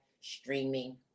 streaming